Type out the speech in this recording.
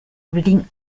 reading